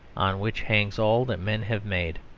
on which hangs all that men have made.